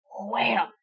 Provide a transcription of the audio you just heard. wham